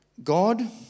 God